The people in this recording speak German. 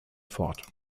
fort